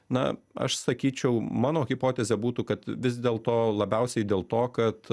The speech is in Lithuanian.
na aš sakyčiau mano hipotezė būtų kad vis dėlto labiausiai dėl to kad